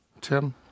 Tim